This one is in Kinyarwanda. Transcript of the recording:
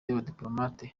y’abadipolomate